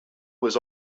was